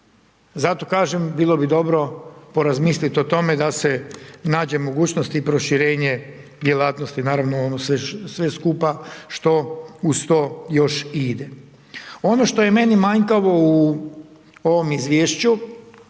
Zato kažem, bilo bi dobro porazmisliti o tome da se nađe mogućnosti i proširenje djelatnosti, naravno ono sve skupa što uz to još i ide. Ono što je meni manjkavo u ovom izvješću,